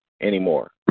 anymore